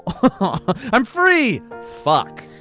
um but i'm free! fuck.